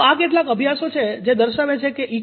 તો આ કેટલાક અભ્યાસો છે જે દર્શાવે છે કે ઈ